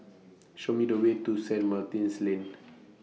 Show Me The Way to Saint Martin's Lane